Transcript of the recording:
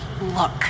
Look